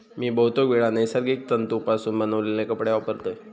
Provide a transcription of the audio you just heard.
मी बहुतेकवेळा नैसर्गिक तंतुपासून बनवलेले कपडे वापरतय